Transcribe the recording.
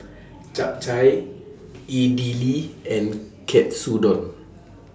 Japchae Idili and Katsudon